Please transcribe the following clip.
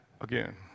again